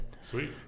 Sweet